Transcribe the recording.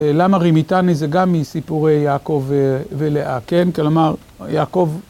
למה רימיתני זה גם מסיפורי יעקב ולאה, כן? כלומר, יעקב...